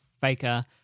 faker